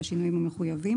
בשינויים המחויבים,